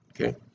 Okay